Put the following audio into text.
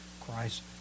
Christ